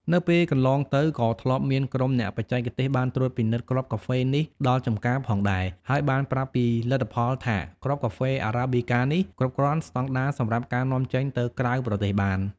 នៅពេលកន្លងទៅក៏ធ្លាប់មានក្រុមអ្នកបច្ចេកទេសបានត្រួតពិនិត្យគ្រាប់កាហ្វេនេះដល់ចម្ការផងដែរ ហើយបានប្រាប់ពីលទ្ធផលថា គ្រាប់កាហ្វេ Arabica នេះ គ្រប់គ្រាន់ស្តង់ដារសម្រាប់ការនាំចេញទៅក្រៅប្រទេសបាន។